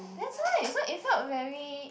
that's why so it felt very